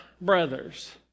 brothers